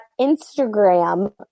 Instagram